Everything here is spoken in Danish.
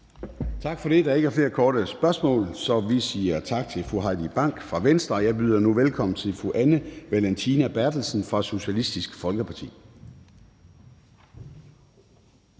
Tak for det. Der er ikke flere korte bemærkninger, så vi siger tak til fru Heidi Bank fra Venstre. Jeg byder nu velkommen til fru Anna Valentina Berthelsen fra Socialistisk Folkeparti.